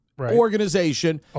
organization